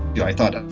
yeah i thought,